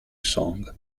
sang